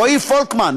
רועי פולקמן,